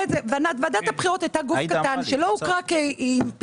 ועדת הבחירות היתה גוף קטן שלא הוכרה כפעילות